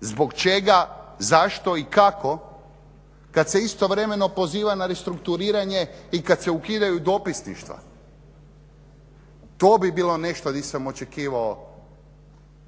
Zbog čega, zašto i kako kad se istovremeno poziva na restrukturiranje i kad se ukidaju dopisništva. To bi bilo nešto di sam očekivao